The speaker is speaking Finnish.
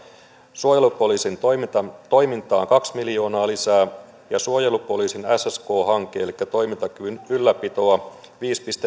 suojelupoliisin toimintaan kaksi miljoonaa lisää ja suojelupoliisin ssk hankkeeseen elikkä toimintakyvyn ylläpitoon viisi pilkku